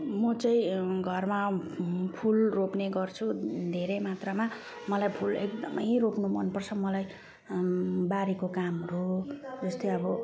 म चाहिँ घरमा फुल रोप्ने गर्छु धेरै मात्रामा मलाई फुल एकदमै रोप्नु मनपर्छ मलाई बारीको कामहरू जस्तै अब